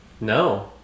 No